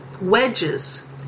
wedges